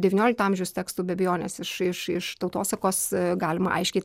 devyniolikto amžiaus tekstų be abejonės iš iš iš tautosakos galima aiškiai